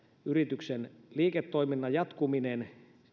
yrityksen liiketoiminnan jatkuminen